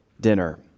dinner